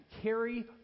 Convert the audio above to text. carry